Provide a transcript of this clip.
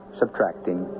subtracting